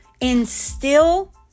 instill